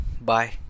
bye